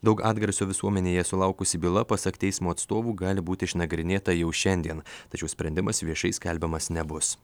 daug atgarsių visuomenėje sulaukusi byla pasak teismo atstovų gali būti išnagrinėta jau šiandien tačiau sprendimas viešai skelbiamas nebus